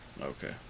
Okay